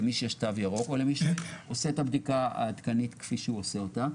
למי שיש תו ירוק או למי שעושה את הבדיקה העדכנית כפי שהוא עושה אותה.